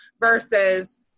versus